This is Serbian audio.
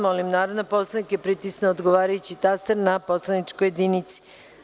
Molim narodne poslanike da pritisnu odgovarajući taster na poslaničkoj jedinici.